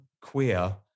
queer